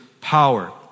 power